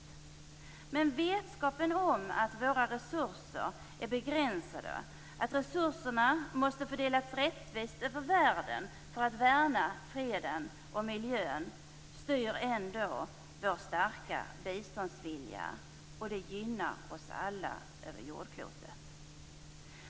Men vetskapen om att våra resurser är begränsade, att resurserna måste fördelas rättvist över världen för att värna freden och miljön styr ändå vår starka biståndsvilja, och det gynnar oss alla över jordklotet.